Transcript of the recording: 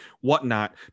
whatnot